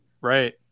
Right